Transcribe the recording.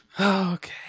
Okay